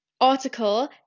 article